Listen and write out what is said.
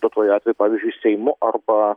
duotuoju atveju pavyzdžiui seimu arba